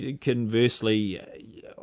conversely